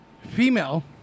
Female